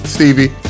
Stevie